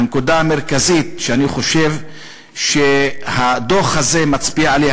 הנקודה המרכזית שאני חושב שהדוח הזה מצביע עליה.